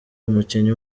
umukinnyi